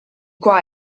qua